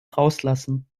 rauslassen